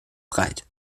breit